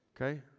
okay